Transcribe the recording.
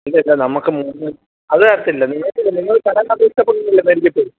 ഇല്ല ഇല്ല നമുക്ക് മുൻപ് അത് തരത്തില്ല നിങ്ങൾക്ക് നിങ്ങൾ തരണ്ട കണ്ട് ഇഷ്ടട്ടപ്പെട്ട്